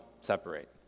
separate